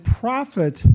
profit